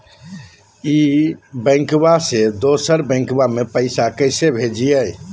ई बैंकबा से दोसर बैंकबा में पैसा कैसे भेजिए?